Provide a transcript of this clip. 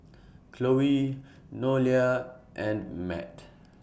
Chloe Nolia and Matt